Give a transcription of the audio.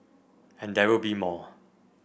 and there will be more